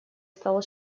стал